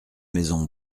maisons